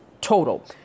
total